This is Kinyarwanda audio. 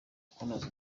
kunoza